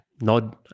Nod